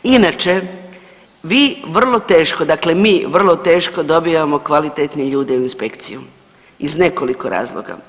Inače vi vrlo teško, dakle mi vrlo teško dobijamo kvalitetne ljude u inspekciju iz nekoliko razloga.